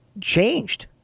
changed